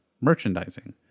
merchandising